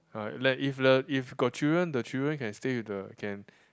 uh like if the if got children the children can stay with the can